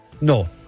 no